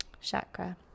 chakra